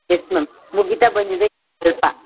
S ma'am ಮುಗಿತಾ ಬಂದಿದೆ